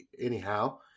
anyhow